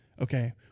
Okay